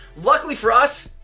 luckily for us,